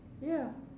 ya